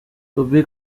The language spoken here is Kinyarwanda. gaby